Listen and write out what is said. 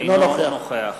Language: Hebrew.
אינו נוכח